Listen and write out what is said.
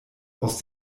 aus